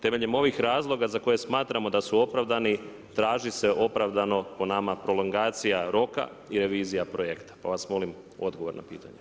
Temeljem ovih razloga za koje smatramo da su opravdani traži se opravdano po nama prolongacija roka i revizija projekta, pa vas molim odgovor na pitanja.